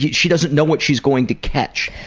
yeah she doesn't know what she's going to catch.